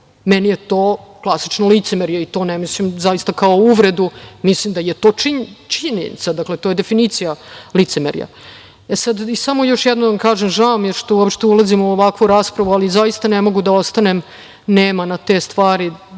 Meni je to klasično licemerje i to ne mislim zaista kao uvredu. Mislim da je to činjenica, to je definicija licemerja. Samo još jednom da kažem, žao mi je što uopšte ulazimo u ovakvu raspravu, ali zaista ne mogu da ostanem nema na te stvari.